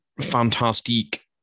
fantastic